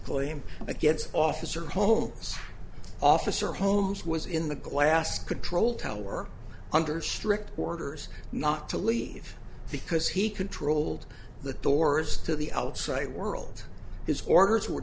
claim against officer holmes officer holmes was in the glass control tower under strict orders not to leave because he controlled the doors to the outside world his orders were